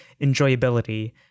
enjoyability